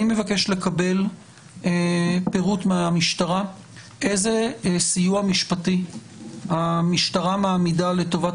אני גם מבקש לקבל מהמשטרה איזה סיוע משפטי המשטרה מעמידה לטובת